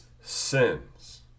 sins